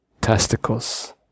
testicles